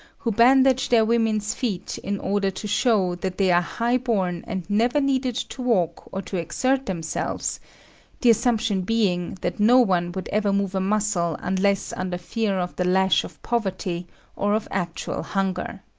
who bandage their women's feet in order to show that they are high born and never needed to walk or to exert themselves the assumption being that no one would ever move a muscle unless under fear of the lash of poverty or of actual hunger.